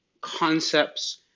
concepts